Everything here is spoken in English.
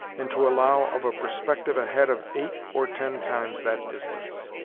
and to allow of a perspective ahead of eight or ten times that distance.